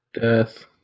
death